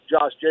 Josh